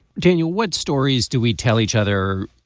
daniel what stories do we tell each other.